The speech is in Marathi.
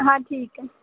हां ठीक आहे